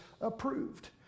approved